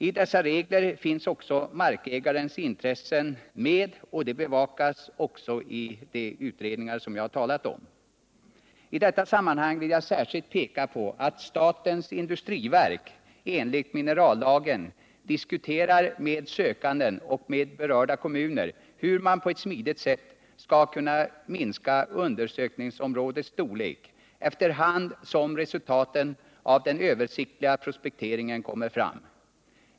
I dessa föreskrifter finns också markägarens intressen med, och de bevakas även i de utredningar som jag har talat om. I detta sammanhang vill jag särskilt peka på att statens industriverk enligt minerallagen diskuterar med sökanden och med berörda kommuner hur man på ett smidigt sätt skall kunna minska undersökningsområdets storlek efter hand som resultaten av den översiktliga prospekteringen kommer fram.